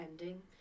ending